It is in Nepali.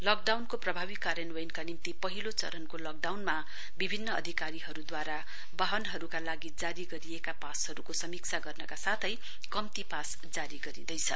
लकडाउटको प्रभावी कार्यान्वयनका निम्ति पहिलो चरणको लकडाउनमा विभिन्न अधिकारीहरू वाहनहरूको लागि जारी गरिएका पासहरूको समीक्षा गर्नका साथै कम्ती पास जारी गरिँदैछ